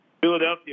Philadelphia